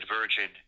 Virgin